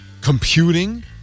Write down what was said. computing